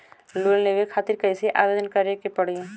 Loan लेवे खातिर कइसे आवेदन करें के पड़ी?